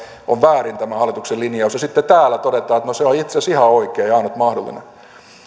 on väärin tämä hallituksen linjaus ja sitten täällä todetaan että no se on itse asiassa ihan oikein ja ainut mahdollinen